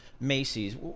macy's